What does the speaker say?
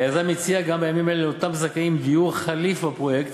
היזם הציע גם בימים אלה לאותם זכאים דיור חלופי בפרויקט,